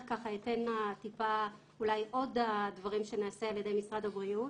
אתן טיפה אולי עוד דברים שנעשים על ידי משרד הבריאות.